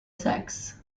sex